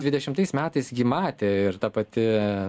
dvidešimtais metais gi matė ir ta pati